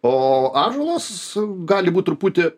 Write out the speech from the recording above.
o ąžuolas gali būt truputį